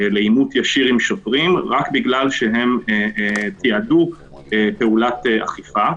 לעימות ישיר עם שוטרים רק בגלל שהם תיעדו פעולת אכיפה.